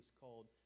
called